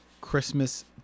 Christmas